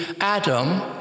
Adam